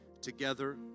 together